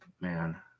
Man